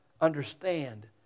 understand